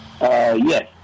Yes